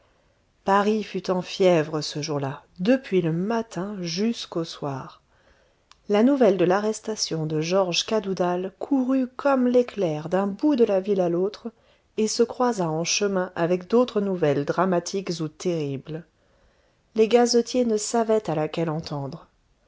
paris fut en fièvre ce jour-là depuis le matin jusqu'au soir la nouvelle de l'arrestation de georges cadoudal courut comme l'éclair d'un bout de la ville à l'autre et se croisa en chemin avec d'autres nouvelles dramatiques ou terribles les gazetiers ne savaient à laquelle entendre